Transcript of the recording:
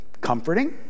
comforting